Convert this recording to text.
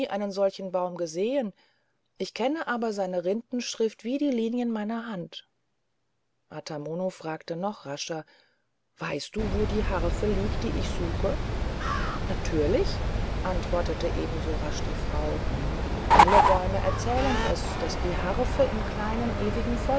einen solchen baum gesehen ich kenne aber seine rindenschrift wie die linien meiner hand ata mono fragte noch rascher weißt du wo die harfe liegt die ich suche natürlich antwortete ebenso rasch die frau alle bäume erzählen es daß die harfe im kleinen ewigen